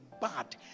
bad